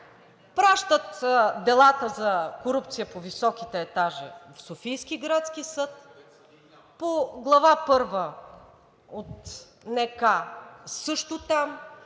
пращат делата за корупция по високите етажи в Софийския градски съд, по Глава първа от НК също там,